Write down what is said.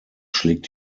schlägt